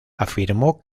afirmó